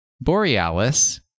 Borealis